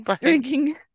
drinking